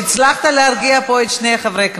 שהצלחת להרגיע פה שני חברי כנסת.